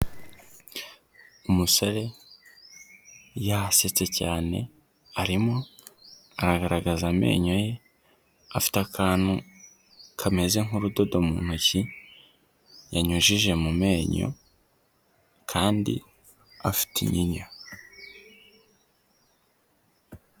Umusore yasetse cyane, arimo agaragaza amenyo ye, afite akantu kameze nk'urudodo mu ntoki yanyujije mu menyo kandi afite inyinya.